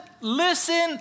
listen